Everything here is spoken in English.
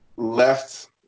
left